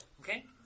Okay